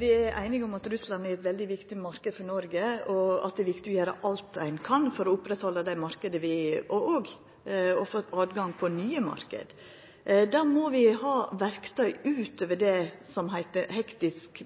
Vi er einige om at Russland er ein veldig viktig marknad for Noreg, og at det er viktig å gjera alt ein kan for å oppretthalda den marknaden og òg få tilgang til nye marknader. Da må vi ha verktøy utover det som heiter hektisk